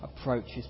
approaches